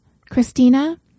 Christina